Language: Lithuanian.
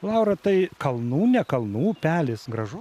laura tai kalnų ne kalnų upelis gražu